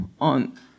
on